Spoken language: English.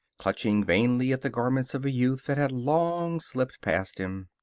clutching vainly at the garments of a youth that had long slipped past him.